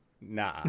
Nah